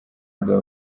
bwa